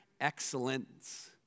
excellence